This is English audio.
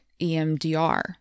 EMDR